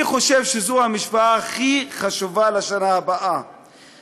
אני חושב שזו המשוואה הכי חשובה לשנה הבאה,